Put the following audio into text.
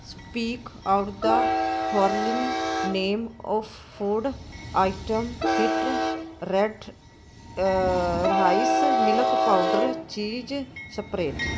speak out the following name of food item hint red rice milk powder cheese spread